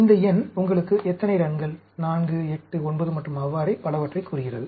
இந்த எண் உங்களுக்கு எத்தனை ரன்கள் 4 8 9 மற்றும் அவ்வாறே பலவற்றைக் கூறுகிறது